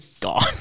gone